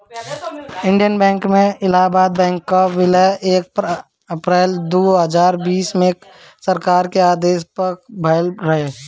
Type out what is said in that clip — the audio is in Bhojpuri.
इंडियन बैंक में इलाहाबाद बैंक कअ विलय एक अप्रैल दू हजार बीस में सरकार के आदेश पअ भयल रहे